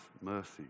mercy